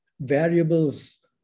variables